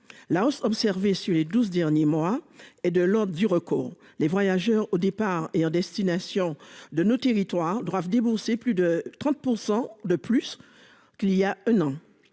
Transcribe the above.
la hausse observée sur les 12 derniers mois et de l'homme du recours, les voyageurs au départ et à destination de nos territoires doivent débourser plus de 30% de plus qu'il y a un an,